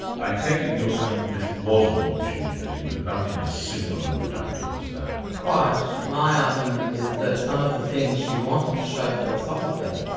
i take it you're saying that this wasn't what she was doing. it was nothing as simple and reductive as that. quite. my argument is that some of the things she wanted to show philosophically,